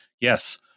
Yes